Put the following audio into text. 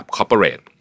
Corporate